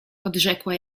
odrzekła